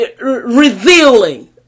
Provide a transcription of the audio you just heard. revealing